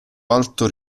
alto